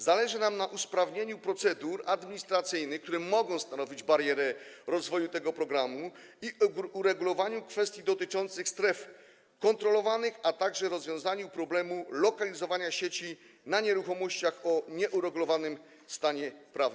Zależy nam na usprawnieniu procedur administracyjnych, które mogą stanowić barierę rozwoju tego programu, oraz uregulowaniu kwestii dotyczących stref kontrolowanych, a także rozwiązaniu problemu lokalizowania sieci na nieruchomościach o nieuregulowanym stanie prawnym.